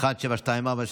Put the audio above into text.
פ/1724/25,